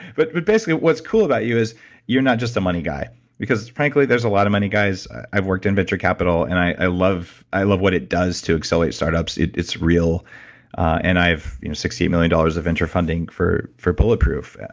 but but basically what's cool about you is you're not just a money guy because frankly there's a lot of money guys. i've worked in venture capital and i love i love what it does to accelerate startups, it's real and i've raised sixty eight million dollars of venture funding for for bulletproof,